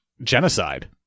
genocide